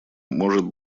может